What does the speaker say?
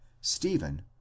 Stephen